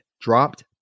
dropped